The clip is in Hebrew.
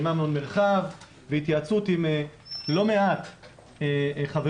עם אמנון מרחב והתייעצות עם לא מעט חברים.